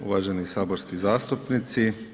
Uvaženi saborski zastupnici.